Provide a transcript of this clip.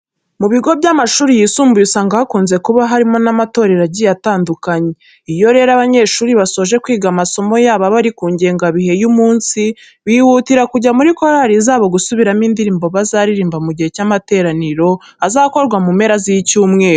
Mu bigo by'amashuri yisumbuye usanga hakunze kuba harimo n'amatorero agiye atandukanye. Iyo rero abanyeshuri basoje kwiga amasomo yabo aba ari kungengabihe y'umunsi bihutira kujya muri korari zabo gusubiramo indirimbo bazaririmba mu gihe cy'amateraniro azakorwa mu mpera z'icyumweru.